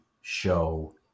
show